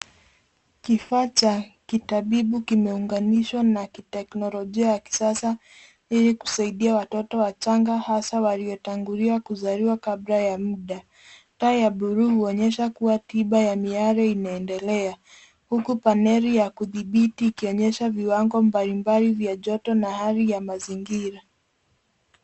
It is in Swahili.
Kifaa cha kitabibu kimeunganishwa na kiteknolojia ya kisasa ili kusaidia watoto wachanga hasa waliotangulia kuzaliwa kabla ya muda. Taa ya bluu huonyesha kua tiba ya miale inaendelea huku paneli ya kudhibiti ikionyesha viwango mbalimbali vya joto na hali ya mazingira.